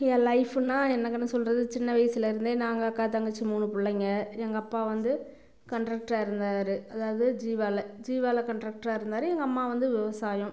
என் லைஃபுன்னால் என்னங்கன்னு சொல்கிறது சின்ன வயசுலேருந்தே நாங்கள் அக்கா தங்கச்சி மூணு பிள்ளைங்க எங்கள் அப்பா வந்து கண்ட்ரக்டராக இருந்தார் அதாவது ஜீவாவில் ஜீவாவில் கண்ட்ரக்டராக இருந்தார் எங்கள் அம்மா வந்து விவசாயம்